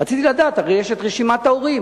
רציתי לדעת, הרי יש רשימת ההורים.